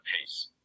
pace